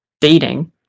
dating